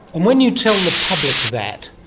and when you tell the public that,